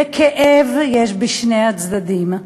יש בשני הצדדים.